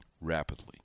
rapidly